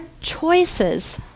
choices